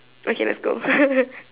okay let's go